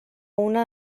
una